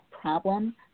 problem